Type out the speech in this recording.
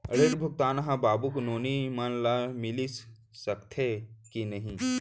ऋण भुगतान ह बाबू नोनी मन ला मिलिस सकथे की नहीं?